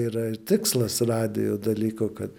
yra ir tikslas radijo dalyko kad